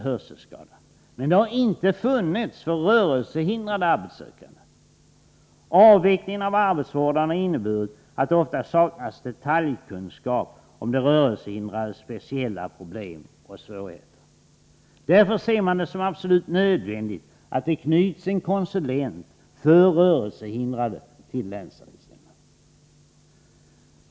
hörselskadade - men det har inte funnits sådana för rörelsehindrade arbetssökande. Avvecklingen av arbetsvårdarna har inneburit, att det ofta saknats detaljkunskap om de rörelsehindrades speciella problem och svårigheter. Därför ser man det som absolut nödvändigt, att det knyts en konsulent för rörelsehindrade till länsarbetsnämnderna.